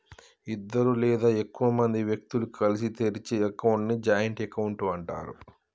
ఇద్దరు లేదా ఎక్కువ మంది వ్యక్తులు కలిసి తెరిచే అకౌంట్ ని జాయింట్ అకౌంట్ అంటరు